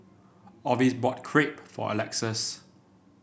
Orvis bought Crepe for Alexus